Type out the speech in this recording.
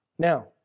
Now